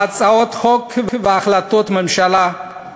בהצעות חוק והחלטות ממשלה,